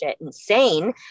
insane